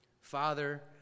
Father